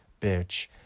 Bitch